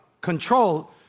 control